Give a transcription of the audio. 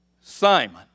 Simon